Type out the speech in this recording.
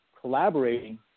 collaborating